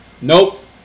Nope